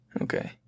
Okay